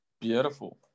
Beautiful